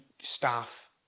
staff